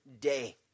day